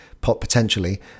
potentially